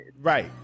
Right